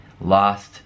lost